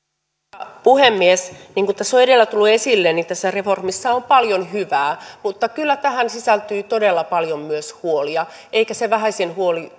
arvoisa puhemies niin kuin tässä on edellä tullut esille tässä reformissa on paljon hyvää mutta kyllä tähän sisältyy todella paljon myös huolia eikä se vähäisin huoli